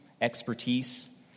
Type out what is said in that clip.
expertise